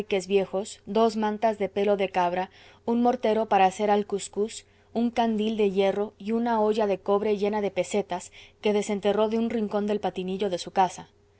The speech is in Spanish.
viejos dos mantas de pelo de cabra un mortero para hacer alcuzcuz un candil de hierro y una olla de cobre llena de pesetas que desenterró de un rincón del patinillo de su casa cargó con todo ello a su